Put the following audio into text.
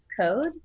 Code